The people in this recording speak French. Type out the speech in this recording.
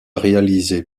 réalisé